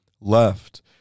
left